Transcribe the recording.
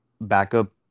backup